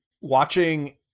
watching